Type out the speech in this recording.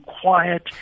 quiet